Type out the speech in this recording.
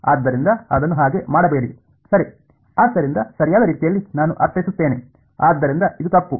ಆದ್ದರಿಂದ ಸರಿಯಾದ ರೀತಿಯಲ್ಲಿ ನಾನು ಅರ್ಥೈಸುತ್ತೇನೆ ಆದ್ದರಿಂದ ಇದು ತಪ್ಪು